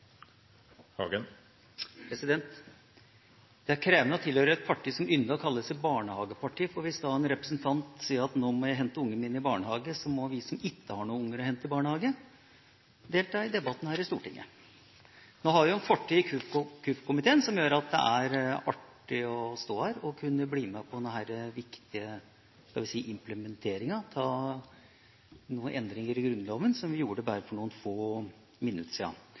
ytterligere. Det er krevende å tilhøre et parti som ynder å kalle seg barnehagepartiet, for hvis en representant sier at nå må jeg hente ungene mine i barnehagen, så må vi som ikke har noen unger å hente i barnehagen, delta i debatten her i Stortinget. Nå har jeg en fortid i kirke, utdannings- og forskningskomiteen som gjør at det er artig å stå her og kunne bli med på denne viktige implementeringen av de endringene i Grunnloven som vi gjorde for bare noen minutter siden. Dette har vært, og vil bli, krevende, for